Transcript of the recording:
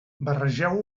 barregeu